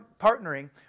partnering